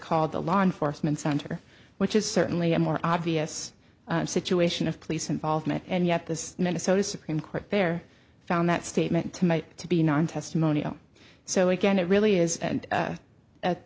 called the law enforcement center which is certainly a more obvious situation of police involvement and yet the minnesota supreme court there found that statement tonight to be non testimonial so again it really is a